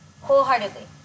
wholeheartedly